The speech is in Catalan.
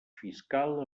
fiscal